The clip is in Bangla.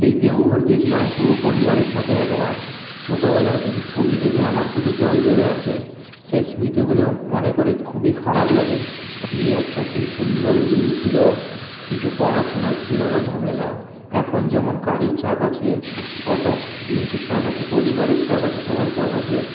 সেই দেওঘর গেছিলাম পুরো পরিবারের সাথে একবার ছোটোবেলার কিছু ছবি দেখে আমার চোখে জল চলে আসে সে স্মৃতিগুলো মনে করে খুবই খারাপ লাগে কি একটা সেই সুন্দর দিন ছিল কিছু পড়াশোনার ছিল না ঝামেলা এখন যেমন কাজের চাপ আছে কত জিনিসের চাপ আছে পরিবারের চাপ আছে সবার চাপ আছে